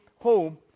home